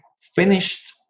finished